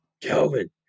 Kelvin